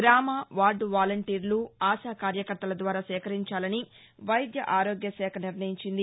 గ్రామ వార్గు వాలంటీర్లు ఆశా కార్యకర్తల ద్వారా సేకరించాలని వైద్య ఆరోగ్యశాఖ నిర్ణయించింది